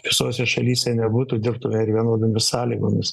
visose šalyse nebūtų dirbtume vienodomis sąlygomis